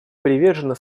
привержены